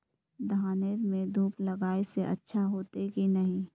धानेर में धूप लगाए से अच्छा होते की नहीं?